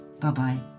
Bye-bye